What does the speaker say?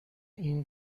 این